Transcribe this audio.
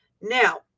Now